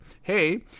hey